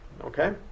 Okay